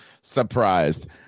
surprised